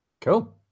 Cool